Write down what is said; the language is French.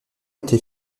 été